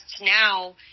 Now